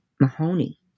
Mahoney